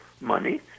money